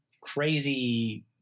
crazy